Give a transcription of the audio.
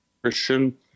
Christian